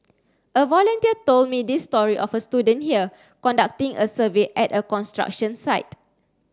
a volunteer told me this story of a student here conducting a survey at a construction site